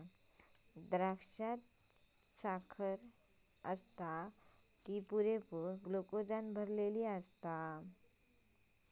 द्राक्षात असणारी साखर ही पुरेपूर ग्लुकोजने भरलली आसता